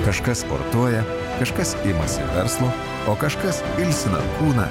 kažkas sportuoja kažkas imasi verslo o kažkas ilsina kūną